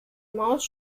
maus